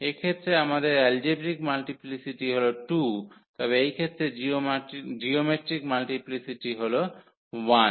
এক্ষেত্রে আমাদের algebraic multiplicity হল 2 তবে এই ক্ষেত্রে জিওমেট্রিক মাল্টিপ্লিসিটি হল 1